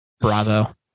bravo